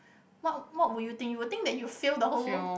what what would you think you would think that you fail the whole